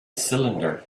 cylinder